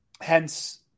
Hence